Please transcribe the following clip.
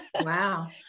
wow